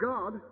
God